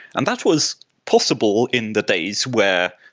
and that was possible in the days where,